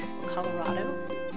Colorado